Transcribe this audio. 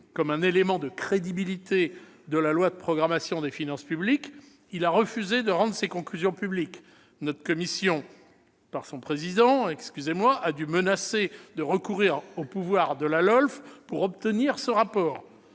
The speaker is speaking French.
comme un élément de crédibilité de la loi de programmation des finances publiques, il a refusé de rendre ses conclusions publiques. Notre commission, par mon intermédiaire, a dû menacer de recourir aux pouvoirs de la LOLF pour obtenir ce rapport.